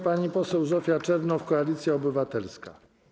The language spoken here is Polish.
Pani poseł Zofia Czernow, Koalicja Obywatelska.